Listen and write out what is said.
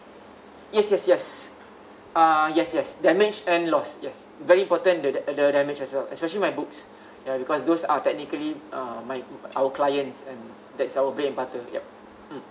yes yes yes uh yes yes damage and loss yes very important the and the damage as well especially my books yeah because those are technically uh my our clients and that's our bread and butter yup mm